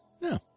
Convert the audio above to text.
No